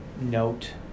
note